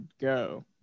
go